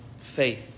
faith